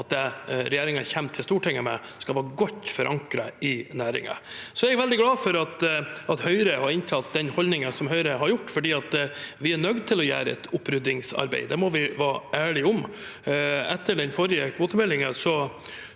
at det regjeringen kommer til Stortinget med, skal være godt forankret i næringen. Jeg er veldig glad for at Høyre har inntatt den holdningen de har gjort, for vi er nødt til å gjøre et oppryddingsarbeid. Det må vi være ærlige om. Etter den forrige kvotemeldingen